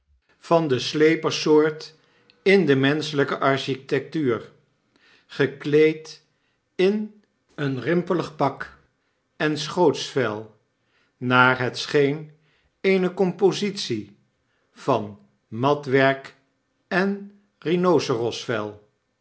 van de slepersoort in de menschelyke architectuur gekleed in een rimpelig pak en schootsvel naar het scheen eene compositie van matwerk enrhinocerossenvel